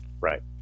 Right